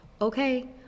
okay